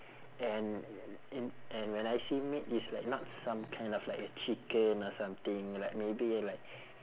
and and and when I say meat it's like not some kind of like a chicken or something like maybe like